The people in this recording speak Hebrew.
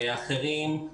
אחרים,